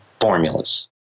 formulas